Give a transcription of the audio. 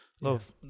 Love